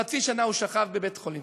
חצי שנה הוא שכב בבית-חולים.